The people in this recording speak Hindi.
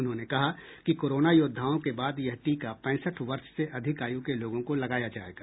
उन्होंने कहा कि कोरोना योद्धाओं के बाद यह टीका पैंसठ वर्ष से अधिक आयु के लोगों को लगाया जायेगा